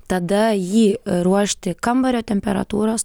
tada jį ruošti kambario temperatūros